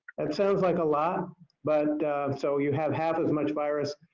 that sounds like a lot but so you have half as much virus,